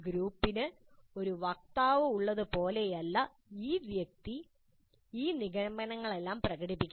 ഗ്രൂപ്പിന് ഒരു വക്താവ് ഉള്ളത് പോലെയല്ല ഈ വ്യക്തി ഈ നിഗമനങ്ങളെല്ലാം പ്രകടിപ്പിക്കുന്നത്